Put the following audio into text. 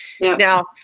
Now